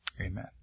amen